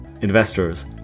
investors